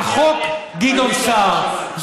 על חוק גדעון סער.